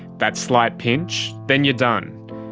that slight pinch, then you're done.